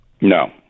No